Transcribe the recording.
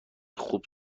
خوب